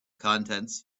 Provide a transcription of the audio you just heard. contents